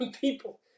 people